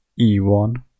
e1